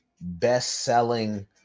best-selling